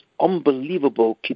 unbelievable